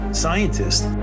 scientists